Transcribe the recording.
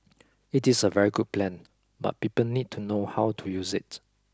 it is a very good plan but people need to know how to use it